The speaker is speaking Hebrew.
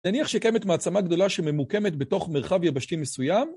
נניח שקיימת מעצמה גדולה שממוקמת בתוך מרחב יבשתי מסוים?